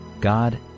God